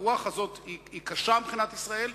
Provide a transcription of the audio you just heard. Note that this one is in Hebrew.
הרוח הזאת קשה מבחינת ישראל,